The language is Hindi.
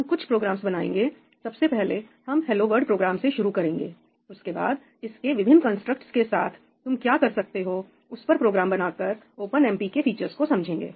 हम कुछ प्रोग्रामस बनाएंगे सबसे पहले हम हेलो वर्ल्ड' प्रोग्राम से शुरू करेंगे उसके बाद इसके विभिन्न कंस्ट्रक्टस के साथ तुम क्या कर सकते हो उस पर प्रोग्राम बनाकर ओपन एमपी के फीचर्स को समझेंगे